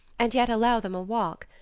and yet allow them a walk,